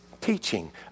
teaching